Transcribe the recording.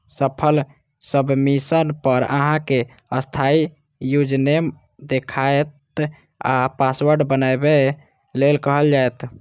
सफल सबमिशन पर अहां कें अस्थायी यूजरनेम देखायत आ पासवर्ड बनबै लेल कहल जायत